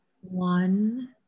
One